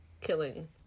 killing